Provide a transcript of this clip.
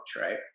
right